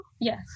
Yes